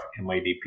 MIDP